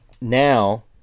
now